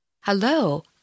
Hello